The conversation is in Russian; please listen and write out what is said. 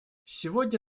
сегодня